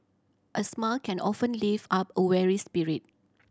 a smile can often lift up a weary spirit